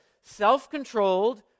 self-controlled